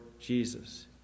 Jesus